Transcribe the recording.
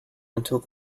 until